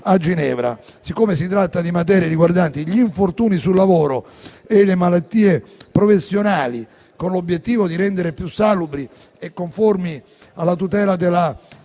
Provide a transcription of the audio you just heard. a Ginevra. Siccome si tratta di materie riguardanti gli infortuni sul lavoro e le malattie professionali, con l'obiettivo di rendere più salubri e conformi alla tutela della